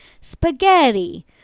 spaghetti